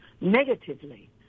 negatively